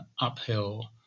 uphill